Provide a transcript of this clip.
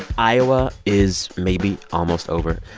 iowa is maybe almost over.